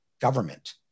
government